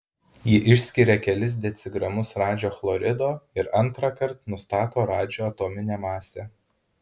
ji išskiria kelis decigramus radžio chlorido ir antrąkart nustato radžio atominę masę